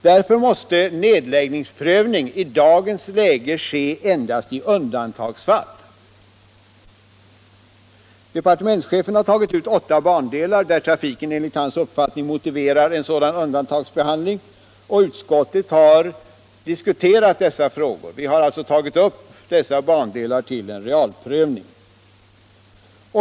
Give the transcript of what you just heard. Därför måste nedläggningsprövning i dagens läge ske endast i undantagsfall. Departementschefen har tagit ut åtta bandelar där trafiken enligt hans uppfattning motiverar en sådan undantagsbehandling, och utskottet har tagit upp dessa bandelar till realprövning.